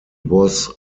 was